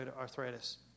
arthritis